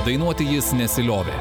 dainuoti jis nesiliovė